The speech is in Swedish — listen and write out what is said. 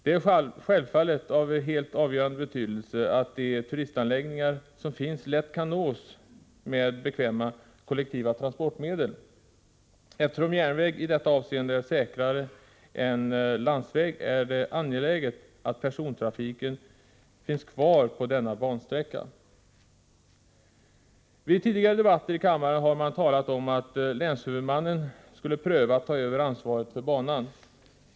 Det är självfallet av helt avgörande betydelse att de turistanläggningar som finns lätt kan nås med bekväma kollektiva transportmedel. Eftersom järnväg i detta avseende är säkrare än landsväg, är det angeläget att persontrafiken finns kvar på denna bansträcka. Vid tidigare debatter i kammaren har man talat om att länshuvudmannen skulle pröva att ta över ansvaret för banan.